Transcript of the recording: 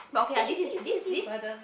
you see you see you see burden